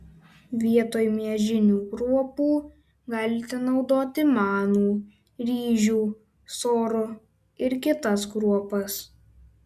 vietoj miežinių kruopų galite naudoti manų ryžių sorų ir kitas kruopas